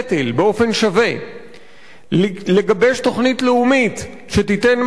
לגבש תוכנית לאומית שתיתן מענה ראשוני לאנשים האלה,